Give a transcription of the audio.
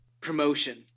promotion